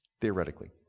Theoretically